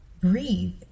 breathe